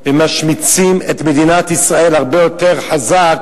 ומשמיצים את מדינת ישראל הרבה יותר חזק